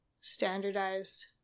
Standardized